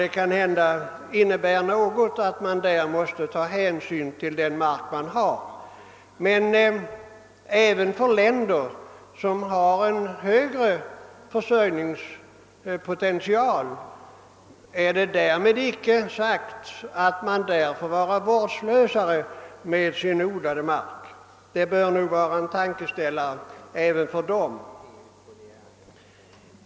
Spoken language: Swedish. Detta förhållande kan kanske medverka till att man i Norge måste ta extra stor hänsyn till den mark man har, men även i länder med en högre försörjningspotential är situationen sådan, att man inte får vara vårdslös med odlad mark. Det norska exemplet torde utgöra en lämplig tankeställare.